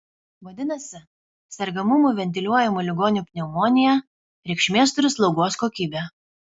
vadinasi sergamumui ventiliuojamų ligonių pneumonija reikšmės turi slaugos kokybė